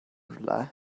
rhywle